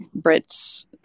Brits